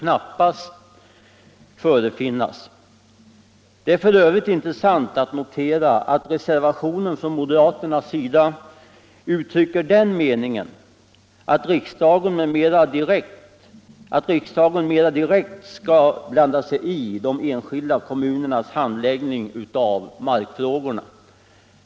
Det är f. ö. intressant att notera att moderaternas reservation uttrycker den meningen att riksdagen mera direkt skall blanda sig i de enskilda kommunernas handläggning av markfrågorna.